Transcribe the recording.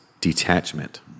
detachment